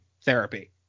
therapy